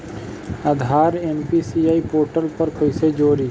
आधार NPCI portal पर कईसे जोड़ी?